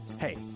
Hey